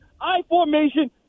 I-formation